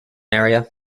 area